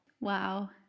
Wow